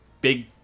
big